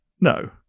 No